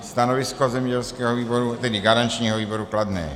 Stanovisko zemědělského výboru, tedy garančního výboru, kladné.